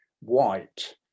white